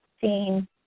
seen